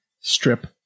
Strip